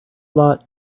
lot